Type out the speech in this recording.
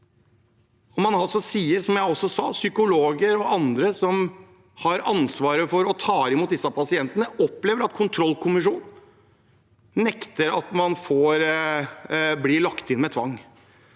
jeg også sa, psykologer og andre som har ansvaret for å ta imot disse pasientene, opplever at kontrollkommisjonen nekter at de kan bli lagt inn med tvang.